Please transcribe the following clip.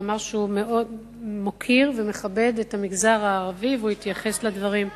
הוא אמר שהוא מאוד מוקיר ומכבד את המגזר הערבי והוא התייחס לדברים.